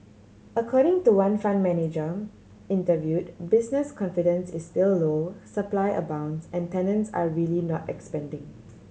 according to one fund manager interviewed business confidence is still low supply abounds and tenants are really not expanding